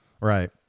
Right